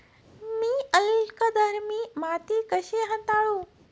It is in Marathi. मी अल्कधर्मी माती कशी हाताळू?